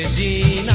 p